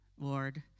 Lord